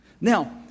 Now